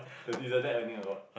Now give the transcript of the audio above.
is is the dad earning a lot